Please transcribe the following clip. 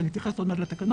ואני אתייחס עוד מעט לתקנות,